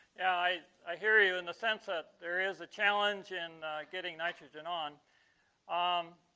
i i hear you in the sense. ah there is a challenge in getting nitrogen on um